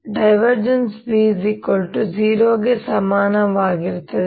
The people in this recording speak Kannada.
B0 ಸಮಾನವಾಗಿರುತ್ತದೆ